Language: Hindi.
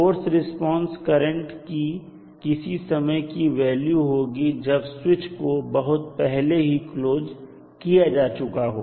फोर्स रिस्पांस करंट की किसी समय की वह वैल्यू होगी जब स्विच हो बहुत पहले ही क्लोज किया जा चुका हो